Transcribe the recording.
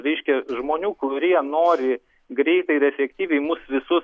reiškia žmonių kurie nori greitai ir efektyviai mus visus